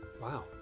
Wow